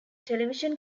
television